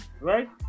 right